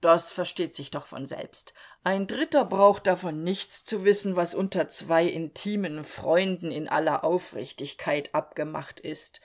das versteht sich doch von selbst ein dritter braucht davon nichts zu wissen was unter zwei intimen freunden in aller aufrichtigkeit abgemacht ist